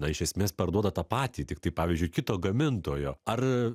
na iš esmės parduoda tą patį tiktai pavyzdžiui kito gamintojo ar